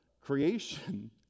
creation